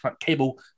cable